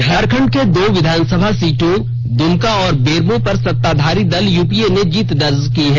झारखंड के दो विधानसभा सीटों द्मका और बेरमो पर सत्ताधारी दल यूपीए ने जीत दर्ज की है